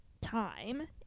time